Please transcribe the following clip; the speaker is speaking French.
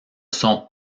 sont